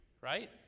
right